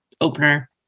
opener